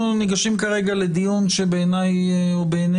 אנחנו ניגשים כרגע לדיון שבעיניי ובעיני